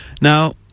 Now